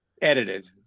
Edited